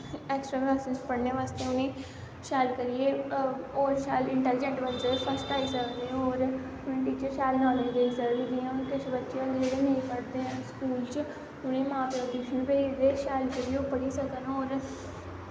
extra classes पढ़ने आस्तै उनेंगी शैल करियै होर शैल इंटैलिजैंट बच्चे फस्ट आई सकदे होर टीचर शैल नॉलेज़ देई सकदे जियां हून किश बच्चे होंदे जेह्ड़े नेंई पढ़दे हैन स्कूल च उनें मां प्यो टयूशन भेजदे शैल करियै पढ़ी सकन होर